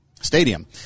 stadium